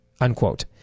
unquote